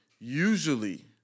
usually